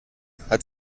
hat